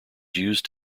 used